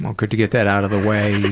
well good to get that out of the way.